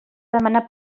demanar